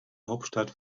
hauptstadt